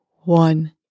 One